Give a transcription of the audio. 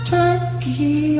turkey